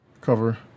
cover